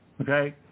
Okay